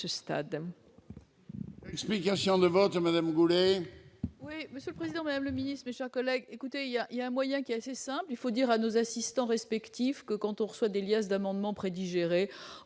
à ce stade.